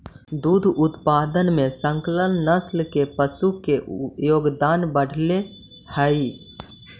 दुग्ध उत्पादन में संकर नस्ल के पशु के योगदान बढ़ले हइ